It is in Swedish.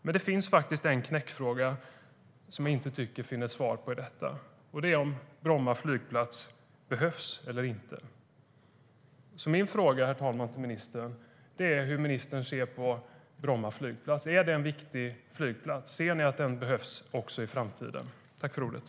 Men det finns faktiskt en knäckfråga som jag inte finner något svar på, och det är om Bromma flygplats behövs eller inte.